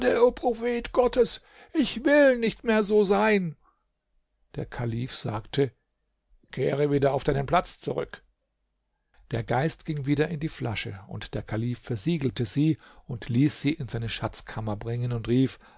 gottes ich will nicht mehr so sein der kalif sagte kehre wieder auf deinen platz zurück der geist ging wieder in die flasche und kalif versiegelte sie und ließ sie in seine schatzkammer bringen und rief